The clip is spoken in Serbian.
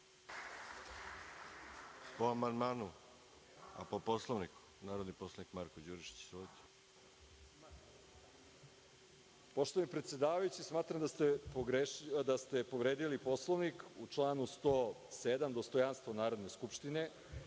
Poštovani predsedavajući, smatram da ste povredili Poslovnik u članu 107. dostojanstvo Narodne skupštine.